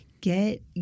get